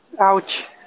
Ouch